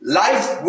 life